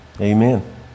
Amen